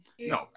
no